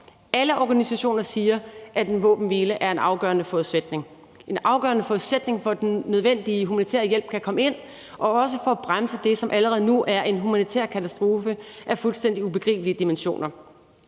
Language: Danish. Alle organisationer siger, at en våbenhvile er en afgørende forudsætning for, at den nødvendige humanitære hjælp kan komme ind, og også for at bremse det, som allerede nu er en humanitær katastrofe af fuldstændig ubegribelige dimensioner.